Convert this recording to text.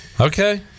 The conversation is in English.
okay